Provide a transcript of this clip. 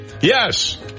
Yes